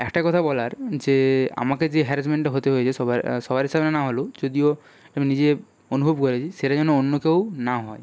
একটা কথা বলার যে আমাকে যে হ্যারাসমেন্টটা হতে হয়েছে সবার সবারই সঙ্গে না হলেও যদিও আমি নিজে অনুভব করেছি সেটা যেন অন্য কেউ না হয়